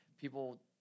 people